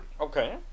okay